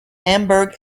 hamburg